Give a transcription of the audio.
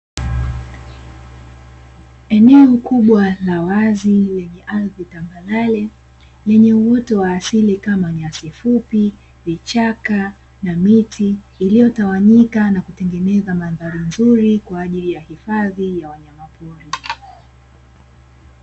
Eneo kubwa la wazi lenye ardhi tambarare, lenye uoto wa asili kama nyasi fupi, vichaka na miti iliyotawanyika na kutengeneza mandhari nzuri kwa ajili ya hifadhi ya wanyama pori.